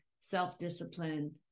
self-discipline